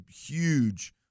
huge